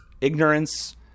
ignorance